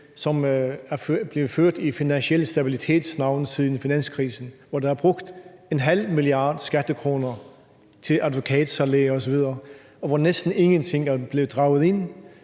som er blevet ført i Finansiel Stabilitets navn siden finanskrisen, hvor der er brugt en halv milliard skattekroner til advokatsalær osv., og hvor næsten ingenting er blevet drevet ind?